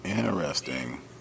Interesting